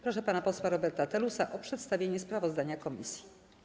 Proszę pana posła Roberta Telusa o przedstawienie sprawozdania komisji.